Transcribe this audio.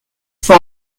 for